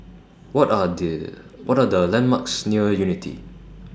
What Are The What Are The landmarks near Unity